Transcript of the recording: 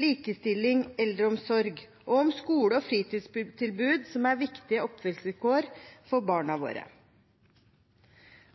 likestilling og eldreomsorg, og om skole- og fritidstilbud som er viktige oppvekstvilkår for barna våre.